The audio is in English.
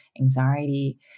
anxiety